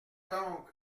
donc